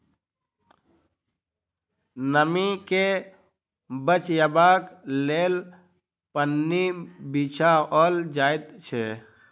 नमीं के बचयबाक लेल पन्नी बिछाओल जाइत छै